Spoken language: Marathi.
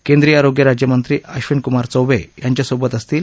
केंद्रीय आरोग्य राज्यमंत्री अब्बिनीकुमार चौबे त्यांच्यासोबत असतील